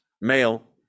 male